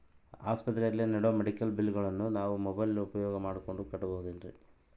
ಆಸ್ಪತ್ರೆಯಲ್ಲಿ ನೇಡೋ ಮೆಡಿಕಲ್ ಬಿಲ್ಲುಗಳನ್ನು ನಾವು ಮೋಬ್ಯೆಲ್ ಉಪಯೋಗ ಮಾಡಿಕೊಂಡು ಕಟ್ಟಬಹುದೇನ್ರಿ?